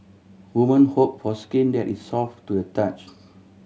woman hope for skin that is soft to the touch